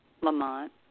Lamont